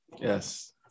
Yes